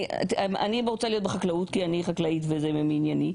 אני רוצה להיות בחקלאות כי אני חקלאית וזה מענייני.